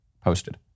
posted